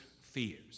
fears